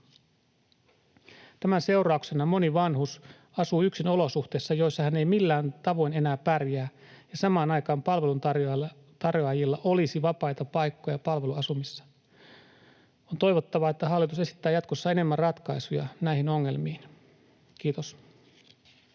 Tämän seurauksena moni vanhus asuu yksin olosuhteissa, joissa hän ei millään tavoin enää pärjää, ja samaan aikaan palveluntarjoajilla olisi vapaita paikkoja palveluasumisessa. On toivottavaa, että hallitus esittää jatkossa enemmän ratkaisuja näihin ongelmiin. — Kiitos.